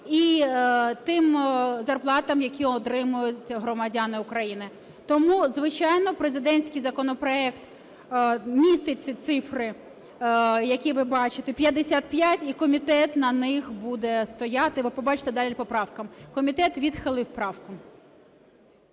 і тим зарплатам, які отримують громадяни України. Тому, звичайно, президентській законопроект містить ці цифри, які ви бачите, 55, і комітет буде на них стояти. Ви побачите далі по правкам. Комітет відхилив правку.